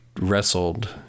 wrestled